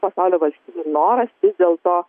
pasaulio valstybių noras vis dėlto